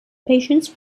patients